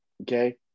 Okay